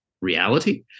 reality